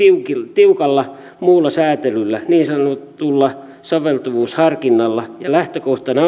tiukalla muulla säätelyllä niin sanotulla soveltuvuusharkinnalla lähtökohtana